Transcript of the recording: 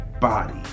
body